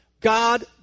God